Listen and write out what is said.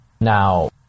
Now